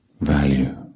value